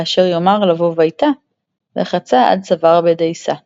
ואשר יאמר לבוא ביתה – וחצה עד צואר בדיסה.